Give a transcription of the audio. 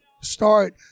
start